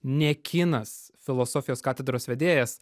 ne kinas filosofijos katedros vedėjas